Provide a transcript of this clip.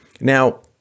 now